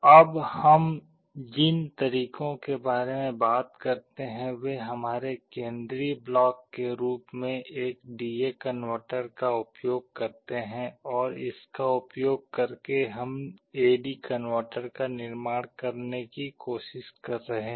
अब हम जिन तरीकों के बारे में बात करते हैं वे हमारे केंद्रीय ब्लॉक के रूप में एक डी ए कनवर्टर का उपयोग करते हैं और इसका उपयोग करके हम ए डी कनवर्टर का निर्माण करने की कोशिश कर रहे हैं